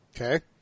Okay